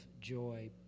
joy